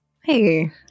Hey